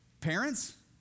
Parents